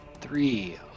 three